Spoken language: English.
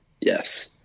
Yes